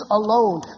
alone